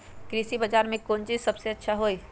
कृषि बजार में कौन चीज सबसे अच्छा होई?